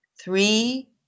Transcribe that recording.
three